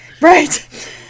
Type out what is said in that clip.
Right